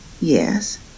Yes